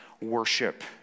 worship